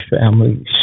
families